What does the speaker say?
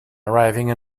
arriving